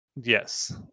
Yes